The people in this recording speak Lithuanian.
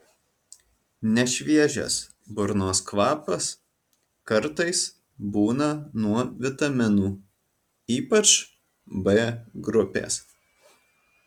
nešviežias burnos kvapas kartais būna nuo vitaminų ypač b grupės